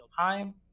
time